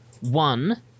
One